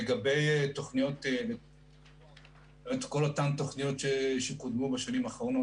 לגבי כל אותן תוכניות שקודמו בשנים האחרונות,